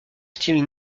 style